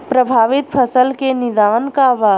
प्रभावित फसल के निदान का बा?